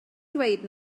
dweud